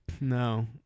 No